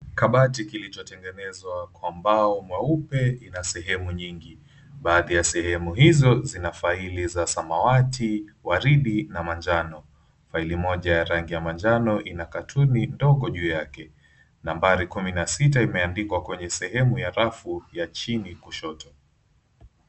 Kabati kilichotengenezwa kwa mbao mweupe ina sehemu nyingi. Baadhi ya sehemu hizo zina faili za samawati, waridi na manjano. Faili moja ya rangi ya manjano ina katuni ndogo juu yake. Nambari kumi na sita imeandikwa kwenye sehemu ya rafu ya chini kushoto.